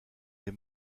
des